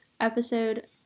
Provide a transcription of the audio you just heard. episode